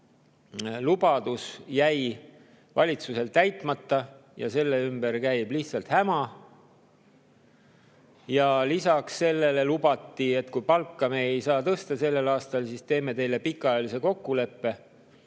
lubadus jäi valitsusel täitmata ja selle ümber käib lihtsalt häma. Lisaks sellele lubati, et kui palka ei saa tõsta sellel aastal, siis teeme pikaajalise kokkuleppe,